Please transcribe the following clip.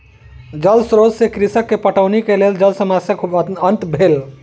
जल स्रोत से कृषक के पटौनी के लेल जल समस्याक अंत भेल